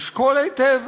לשקול היטב,